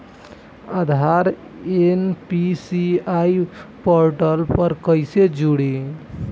आधार NPCI portal पर कईसे जोड़ी?